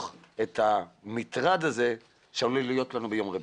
את המטרד הזה שעלול להיות לנו ביום רביעי.